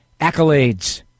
accolades